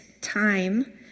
time